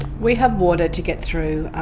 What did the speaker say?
we have water to get through